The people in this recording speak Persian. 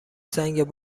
سنگ